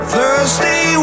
Thursday